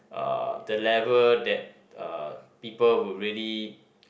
uh the level that uh people would really